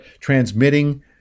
transmitting